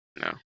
no